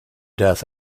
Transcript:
death